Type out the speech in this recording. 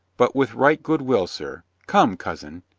but with right good will, sir. come, cousin.